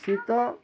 ଶୀତ